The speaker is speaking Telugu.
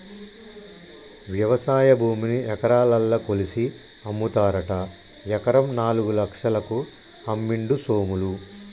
వ్యవసాయ భూమిని ఎకరాలల్ల కొలిషి అమ్ముతారట ఎకరం నాలుగు లక్షలకు అమ్మిండు సోములు